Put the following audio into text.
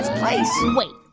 place wait,